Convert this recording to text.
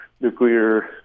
nuclear